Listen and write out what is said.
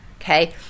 Okay